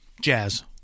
Jazz